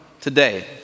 today